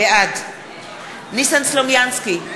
בעד ניסן סלומינסקי,